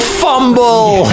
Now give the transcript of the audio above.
fumble